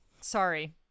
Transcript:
sorry